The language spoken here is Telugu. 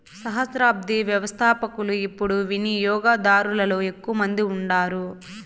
సహస్రాబ్ది వ్యవస్థపకులు యిపుడు వినియోగదారులలో ఎక్కువ మంది ఉండారు